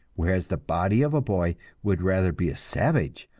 whereas, the body of a boy would rather be a savage,